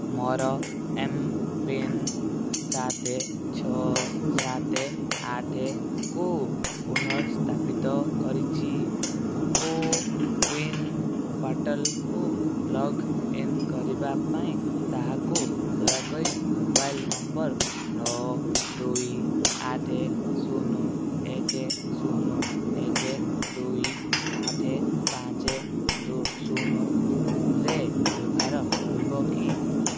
ମୋର ଏମ୍ପିନ୍ ସାତେ ଛଅ ସାତେ ଆଠେ କୁ ପୁନଃସ୍ଥାପିତ କରିଛି କୋୱିନ୍ ପୋର୍ଟାଲ୍କୁ ଲଗ୍ଇନ୍ କରିବା ପାଇଁ ତାହାକୁ ଦୟାକରି ମୋବାଇଲ୍ ନମ୍ବର୍ ନଅ ଦୁଇ ଆଠେ ଶୁନ ଏକେ ଶୁନ ଏକେ ଦୁଇ ଆଠେ ପାଞ୍ଚେ ଶୁନରେ ବ୍ୟବହାର କରିବ କି